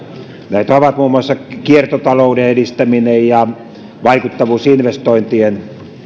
näitä ovat muun muassa kiertotalouden edistäminen ja vaikuttavuusinvestointien